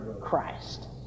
Christ